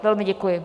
Velmi děkuji.